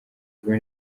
kagame